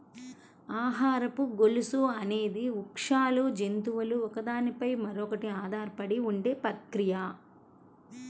ఆహారపు గొలుసు అనేది వృక్షాలు, జంతువులు ఒకదాని పై మరొకటి ఆధారపడి ఉండే ప్రక్రియ